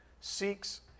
seeks